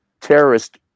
terrorist